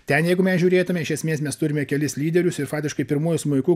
ten jeigu mes žiūrėtume iš esmės mes turime kelis lyderius ir fatiškai pirmuoju smuiku